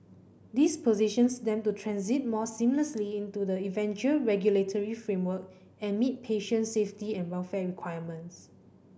this positions them to transit more seamlessly into the eventual regulatory framework and meet patient safety and welfare requirements